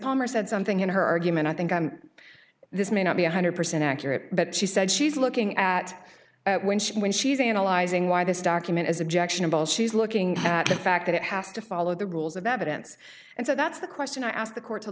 palmer said something in her argument i think i'm this may not be one hundred percent accurate but she said she's looking at when she when she's analyzing why this document is objectionable she's looking at the fact that it has to follow the rules of evidence and so that's the question i asked the court to